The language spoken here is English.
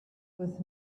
with